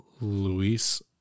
Luis